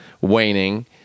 waning